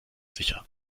sicher